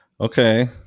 Okay